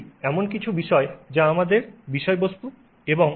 এটি এমন কিছু বিষয় যা আমাদের বিষয়বস্তু এবং আমরা এটি দেখতে পারি